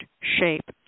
shape